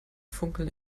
funkeln